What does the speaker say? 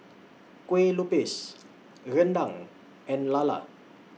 Kueh Lupis Rendang and Lala